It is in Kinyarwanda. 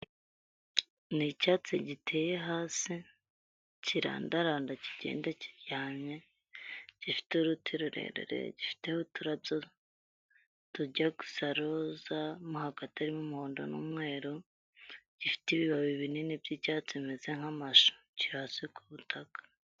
Ni icyatsi giteye hasi kirandaranda kigenda kiryamye, gifite uruti rurerure gifiteho uturabyo tujya gusa roza mo hagati harimo umuhondo n'umweru, gifite ibibabi binini by'icyatsi bimeze nk'amashu kiri hasi ku butaka.